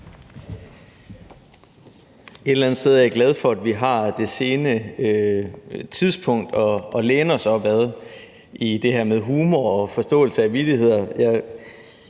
Et eller andet sted er jeg glad for, at vi har det sene tidspunkt at læne os op ad i det her med humor og forståelse af vittigheder